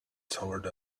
towards